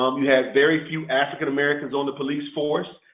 um you had very few african americans on the police force.